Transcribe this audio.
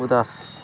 ଉଦାସ